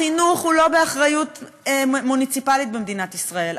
החינוך הוא לא באחריות מוניציפלית במדינת ישראל,